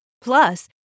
Plus